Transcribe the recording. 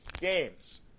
games